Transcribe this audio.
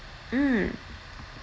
mm